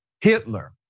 Hitler